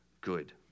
good